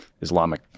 Islamic